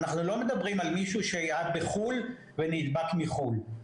אנחנו לא מדברים שהיה בחו"ל ונדבק בחו"ל.